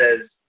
says